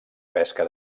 pesca